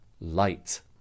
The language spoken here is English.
light